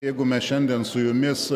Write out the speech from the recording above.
jeigu mes šiandien su jumis